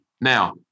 Now